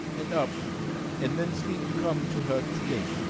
and up and then sleep come to her too late,